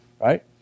right